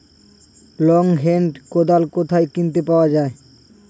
Long hand কোদাল কোথায় কিনতে পাওয়া যায়?